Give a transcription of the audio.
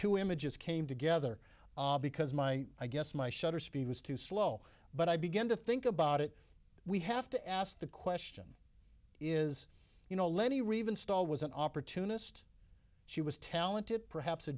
two images came together because my i guess my shutter speed was too slow but i began to think about it we have to ask the question is you know lenny reeve and stall was an opportunist she was talented perhaps a